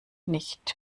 nicht